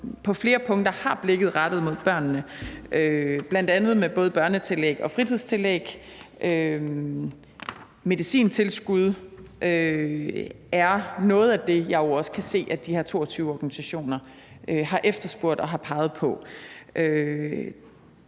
på flere punkter har blikket rettet mod børnene, bl.a. med både et børnetillæg, et fritidstillæg og et medicintilskud, jo også er noget af det, som jeg kan se at de her 22 organisationer har efterspurgt og har peget på.